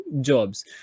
jobs